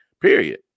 period